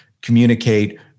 communicate